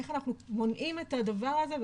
איך אנחנו מונעים את הדבר הזה?